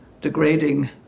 degrading